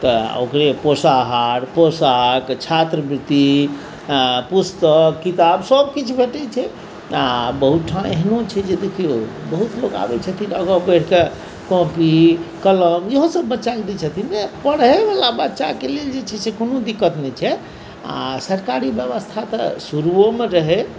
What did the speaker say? तऽ ओकरे पोसाहार पोशाक छात्रवृति पुस्तक किताब सभ किछु भेटैत छै बहुत ठाम एहनो छै जे देखियौ बहुत लोक आबैत छथिन आगाँ बढ़िके कॉपी कलम इहोसभ बच्चाके दैत छथिन ने पढ़यवला बच्चाके लेल जे छै से कोनो दिक्कत नहि छै आ सरकारी व्यवस्था तऽ शुरुओमे रहै